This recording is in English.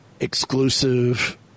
Exclusive